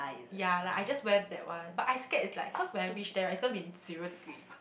ya like I just wear black [one] but I scared it's like cause when I reach there right it's gonna be zero degree